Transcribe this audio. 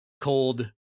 cold